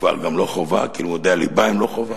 כבר גם לא חובה, כי לימודי הליבה הם לא חובה.